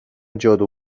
جادو